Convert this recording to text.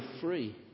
free